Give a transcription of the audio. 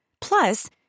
Plus